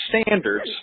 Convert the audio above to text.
standards